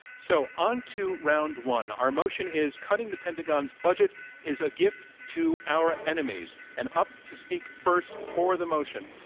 so onto round one. the our motion is, cutting the pentagon's budget is a gift to our enemies. and up to speak first for the motion,